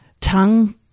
tongue